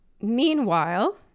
meanwhile